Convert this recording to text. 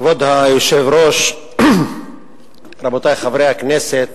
כבוד היושב-ראש, רבותי חברי הכנסת,